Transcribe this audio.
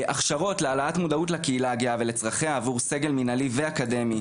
הכשרות להעלאת מודעות לקהילה הגאה ולצרכיה עבור סגל מנהלי ואקדמי,